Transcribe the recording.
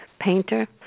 painter